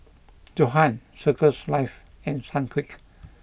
Johan Circles Life and Sunquick